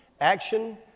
action